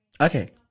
Okay